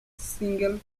single